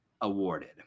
awarded